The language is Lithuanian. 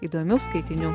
įdomių skaitinių